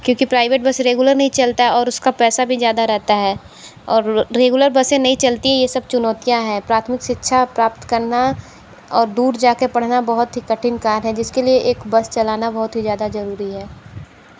क्योंकि private bus regular नहीं चलता है और उसका पैसा भी ज़्यादा रहता है और रेगुलर बसें नहीं चलती है यह सब चुनौतियाँ है प्राथमिक शिक्षा प्राप्त करना और दूर जा कर पढ़ना बहुत ही कठिन कार्य है जिसके लिए एक बस चलाना बहुत ही ज़्यादा ज़रूरी है